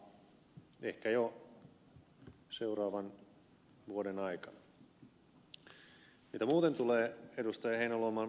mitä muuten tulee ed